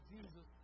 Jesus